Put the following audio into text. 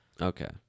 okay